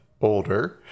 older